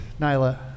Nyla